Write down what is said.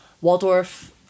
Waldorf